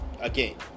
again